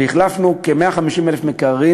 והחלפנו כ-150,000 מקררים.